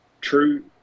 True